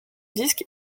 disques